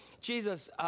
Jesus